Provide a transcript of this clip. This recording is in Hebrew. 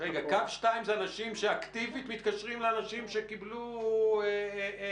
קו 2 זה אנשים שאקטיבית מתקשרים לאנשים שקיבלו מסרון?